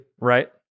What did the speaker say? Right